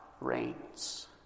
reigns